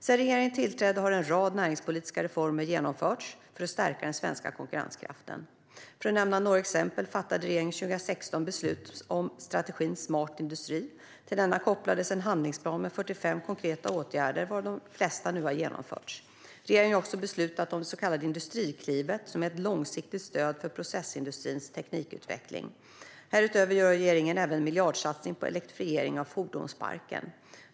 Sedan regeringen tillträdde har en rad näringspolitiska reformer genomförts för att stärka den svenska konkurrenskraften. Jag kan nämna några exempel. Regeringen fattade 2016 beslut om strategin Smart industri. Till denna kopplades en handlingsplan med 45 konkreta åtgärder, varav de flesta nu har genomförts. Regeringen har också beslutat om det så kallade Industriklivet, som är ett långsiktigt stöd för processindustrins teknikutveckling. Härutöver gör regeringen även en miljardsatsning på elektrifiering av fordonsparken.